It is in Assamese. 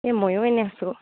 এই ময়ো এনেই আছোঁ